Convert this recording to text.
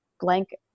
blank